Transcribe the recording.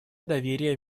доверия